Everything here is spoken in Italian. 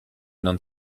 non